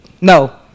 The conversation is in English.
No